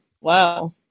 Wow